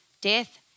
death